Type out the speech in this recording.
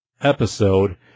episode